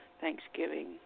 Thanksgiving